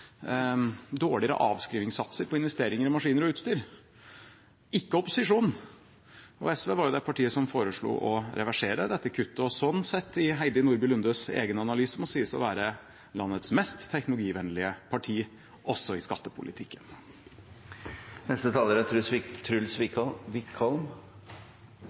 dårligere avskrivningssatser på investeringer i maskiner og utstyr, ikke opposisjonen. SV var jo det partiet som foreslo å reversere dette kuttet, og sånn sett i Heidi Nordby Lundes egen analyse må sies å være landets mest teknologivennlige parti, også i skattepolitikken.